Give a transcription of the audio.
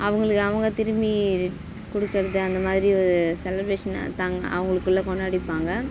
அவங்களுக்கு அவங்க திரும்பி கொடுக்கறது அந்த மாதிரி செலப்ரேஷன் தாங் அவங்களுக்குள்ள கொண்டாடிப்பாங்க